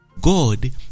God